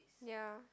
ya